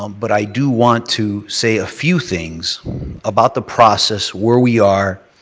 um but i do want to say a few things about the process, where we are,